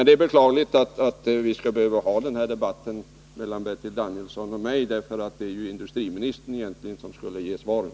Det är beklagligt att den här debatten skall behöva föras mellan Bertil Danielsson och mig, för det är ju egentligen industriministern som skall ge svar på de här frågorna.